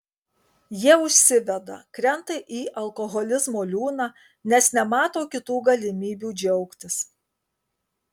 jie užsiveda krenta į alkoholizmo liūną nes nemato kitų galimybių džiaugtis